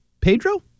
Pedro